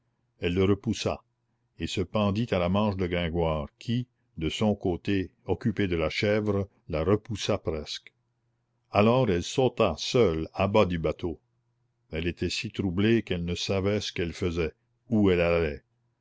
elle le repoussa et se pendit à la manche de gringoire qui de son côté occupé de la chèvre la repoussa presque alors elle sauta seule à bas du bateau elle était si troublée qu'elle ne savait ce qu'elle faisait où elle allait